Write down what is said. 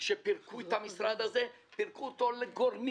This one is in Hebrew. כאשר פירקו את המשרד הזה, פירקו אותו לגורמים.